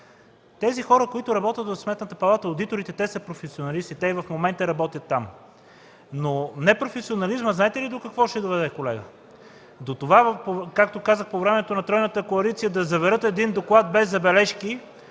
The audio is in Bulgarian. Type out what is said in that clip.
тези хора, които работят в Сметната палата – одиторите, те са професионалисти, те и в момента работят там, но непрофесионализмът знаете ли до какво ще доведе, колега? До това, както казахме, по времето на тройната коалиция – да заверят един доклад без забележки